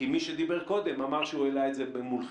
כי מי שדיבר קודם אמר שהוא העלה את זה מולכם.